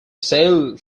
sailed